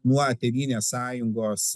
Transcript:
nuo tėvynės sąjungos